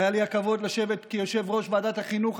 היה לי הכבוד לשבת כממלא מקום ליושבת-ראש ועדת החינוך,